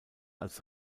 als